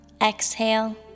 exhale